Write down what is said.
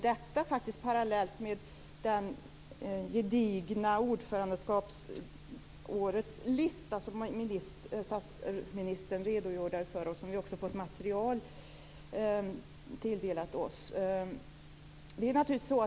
Detta ska ske parallellt med den gedigna listan för ordförandeåret som statsministern har redogjort för och som vi har fått material tilldelat oss.